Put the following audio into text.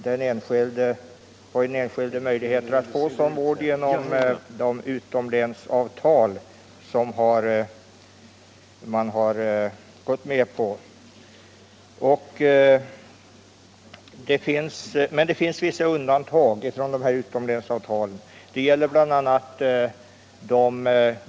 Den enskilde har möjlighet att få sådan vård genom det utomlänsavtal som har träffats mellan Landstingsförbundet och Svenska kommunförbundets sjukvårdsdelegation. Men detta avtal innehåller vissa undantag.